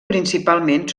principalment